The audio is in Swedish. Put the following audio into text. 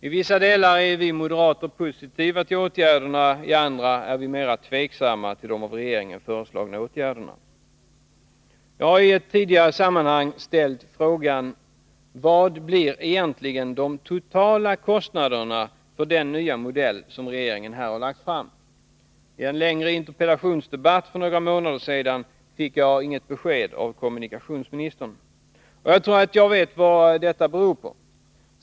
I vissa delar är vi moderater positiva till åtgärderna, i andra delar är vi mera tveksamma till de av regeringen föreslagna åtgärderna. Jag har i ett tidigare sammanhang ställt frågan: Vad blir egentligen de totala kostnaderna för den nya modell som regeringen här har lagt fram? I en längre interpellationsdebatt för några månader sedan fick jag inget besked av kommunikationsministern. Jag tror att jag vet vad det beror på.